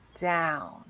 down